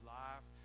life